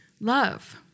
love